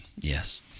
yes